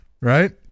Right